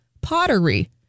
pottery